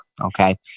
Okay